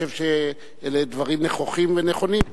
חושב שאלה דברים נכוחים ונכונים.